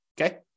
okay